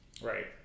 Right